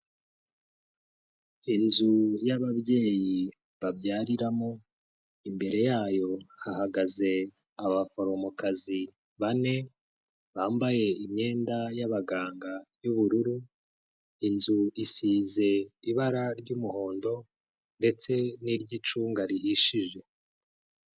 Inzu y'ababyeyi babyariramo, imbere yayo hahagaze abaforomokazi bane, bambaye imyenda y'abaganga y'ubururu; inzu isize ibara ry'umuhondo, ndetse n'iry'icunga rihishije.